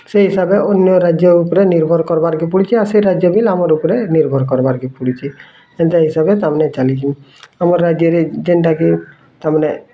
ସେ ହିସାବେ ଅନ୍ୟ ରାଜ୍ୟ ଉପରେ ନିର୍ଭର କରବାର୍ କେ ପଡ଼ୁଛେ ଆର୍ ସେ ରାଜ୍ୟ ବି ଆମର ଉପରେ ନିର୍ଭର କରବାର୍ କେ ପଡ଼ୁଛେ ହେନ୍ତା ହିସାବେ ତା ମାନେ ଚାଲିଛି ଆମର ରାଜ୍ୟରେ ଯେନ୍ତା କି ତା ମାନେ